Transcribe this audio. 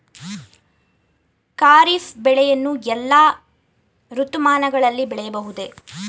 ಖಾರಿಫ್ ಬೆಳೆಯನ್ನು ಎಲ್ಲಾ ಋತುಮಾನಗಳಲ್ಲಿ ಬೆಳೆಯಬಹುದೇ?